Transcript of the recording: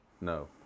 No